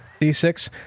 d6